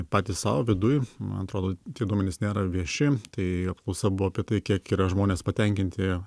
patys sau viduj man atrodo tie duomenys nėra vieši tai apklausa buvo apie tai kiek yra žmonės patenkinti